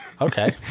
Okay